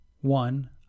one